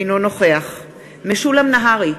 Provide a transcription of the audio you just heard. אינו נוכח משולם נהרי,